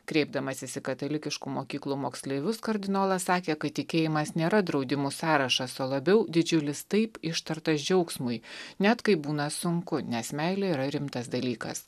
kreipdamasis į katalikiškų mokyklų moksleivius kardinolas sakė kad tikėjimas nėra draudimų sąrašas o labiau didžiulis taip ištartas džiaugsmui net kai būna sunku nes meilė yra rimtas dalykas